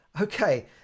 Okay